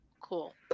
Cool